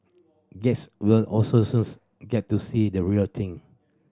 guest will also soon get to see the real thing